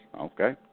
Okay